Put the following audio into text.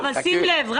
אבל שים לב,